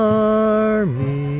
army